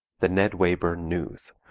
the ned wayburn news,